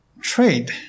Trade